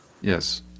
Yes